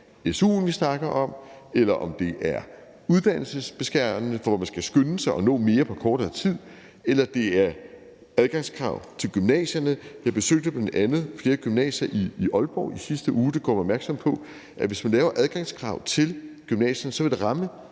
su'en, vi snakker om, eller om det er uddannelsesbeskærende, hvor man skal skynde sig og nå mere på kortere tid, eller det er adgangskrav til gymnasierne. Jeg besøgte bl.a. flere gymnasier i Aalborg i sidste uge, hvor de gjorde mig opmærksom på, at det, hvis man laver adgangskrav til gymnasierne, vil ramme